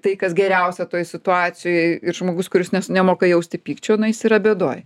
tai kas geriausia toj situacijoj ir žmogus kuris nemoka jausti pykčio jis yra bėdoj